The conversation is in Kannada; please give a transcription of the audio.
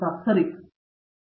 ಪ್ರತಾಪ್ ಹರಿಡೋಸ್ ಸರಿ